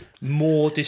more